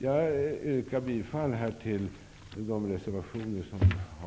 Jag yrkar bifall till reservation 1.